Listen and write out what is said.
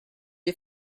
you